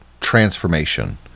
transformation